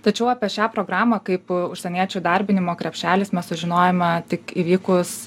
tačiau apie šią programą kaip užsieniečių įdarbinimo krepšelis mes sužinojome tik įvykus